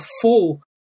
full